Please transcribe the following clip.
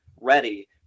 ready